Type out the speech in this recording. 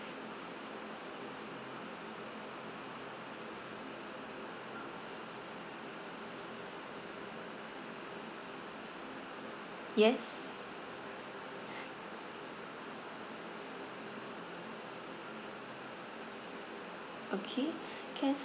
yes okay can